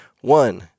One